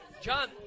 John